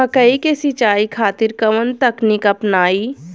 मकई के सिंचाई खातिर कवन तकनीक अपनाई?